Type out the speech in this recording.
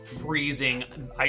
freezing